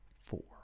four